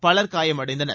power காயமடைந்தனர்